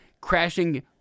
crashing